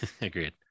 Agreed